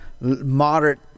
moderate